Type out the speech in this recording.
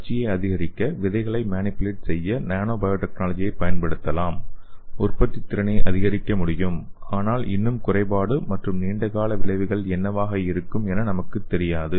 வளர்ச்சியை அதிகரிக்க விதைகளை மேனிபுலேட் செய்ய நானோ பயோடெக்னாலஜியைப் பயன்படுத்தலாம் உற்பத்தித்திறனை அதிகரிக்க முடியும் ஆனால் இன்னும் குறைபாடு மற்றும் நீண்ட கால விளைவுகள் என்னவாக இருக்கும் என நமக்குத் தெரியாது